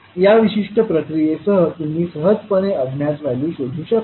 या विशिष्ट प्रक्रियेसह तुम्ही सहजपणे अज्ञात व्हॅल्यू शोधू शकता